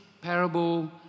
parable